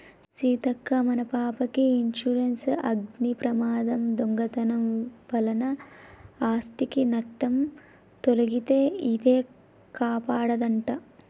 సీతక్క మన పాపకి ఇన్సురెన్సు అగ్ని ప్రమాదం, దొంగతనం వలన ఆస్ధికి నట్టం తొలగితే ఇదే కాపాడదంట